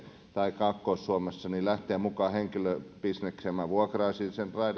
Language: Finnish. tai kaakkois suomessa mukaan henkilöbisnekseen minä vuokraisin